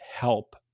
help